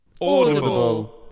audible